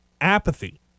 apathy